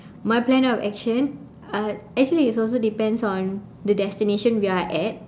my plan of action uh actually it also depends on the destination we are at